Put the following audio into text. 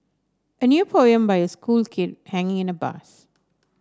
a new poem by a school kid hanging in a bus